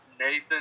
Nathan